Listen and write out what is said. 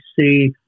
see